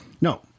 No